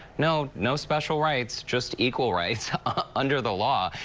no, no special rights, just equal rights under the law.